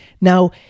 Now